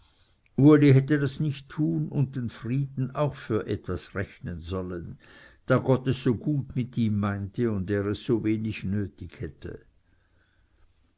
uli hätte das nicht tun und den frieden auch für etwas rechnen sollen da gott es so gut mit ihm meinte und er es so wenig nötig hatte